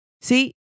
See